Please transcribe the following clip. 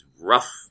rough